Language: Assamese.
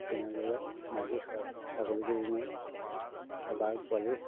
তেনেদৰে মাইকী চোৱা ছাগলীকেইজনীয়েও এবাৰ পোৱালি